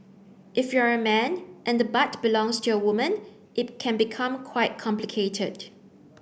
if you're a man and the butt belongs to a woman it can become quite complicated